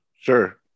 Sure